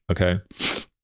Okay